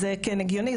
זה הגיוני,